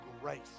grace